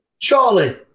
Charlie